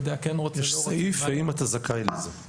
מסיר אחריות מלתת מענה בזמן,